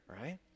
right